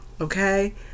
okay